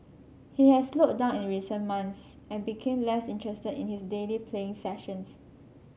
he had slowed down in recent months and became less interested in his daily playing sessions